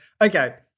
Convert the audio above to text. Okay